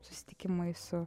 susitikimai su